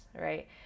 right